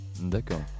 D'accord